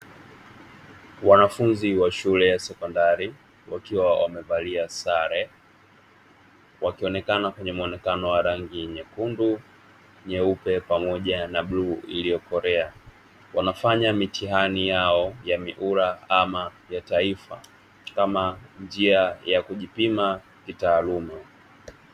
Wanafunzi wa shule ya sekondari wakiwa wamevalia sare wakionekana kwenye mwonekano wa rangi nyekundu, nyeupe pamoja na bluu iliyokolea wanafanya mitihani yao ya mihula kama ya taifa kama njia ya kujipima kitaaluma.